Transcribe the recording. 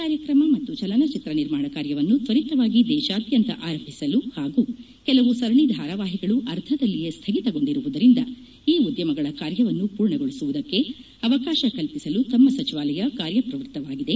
ಕಾರ್ಯಕ್ರಮ ಮತ್ತು ಚಲನಚಿತ್ರ ನಿರ್ಮಾಣ ಕಾರ್ಯವನ್ನು ತ್ಸರಿತವಾಗಿ ದೇಶಾದ್ಯಂತ ಆರಂಭಿಸಲು ಹಾಗೂ ಕೆಲವು ಸರಣಿ ಧಾರವಾಹಿಗಳು ಅರ್ಧದಲ್ಲಿಯೇ ಸ್ಥಗಿತಗೊಂಡಿರುವುದರಿಂದ ಈ ಉದ್ಯಮಗಳ ಕಾರ್ಯವನ್ನು ಪೂರ್ಣಗೊಳಿಸುವುದಕ್ಕೆ ಅವಕಾಶ ಕಲ್ಲಿಸಲು ತಮ್ಮ ಸಚಿವಾಲಯ ಕಾರ್ಯ ಪ್ರವೃತ್ತವಾಗಿವೆ